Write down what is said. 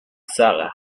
sara